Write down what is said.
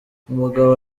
umugabo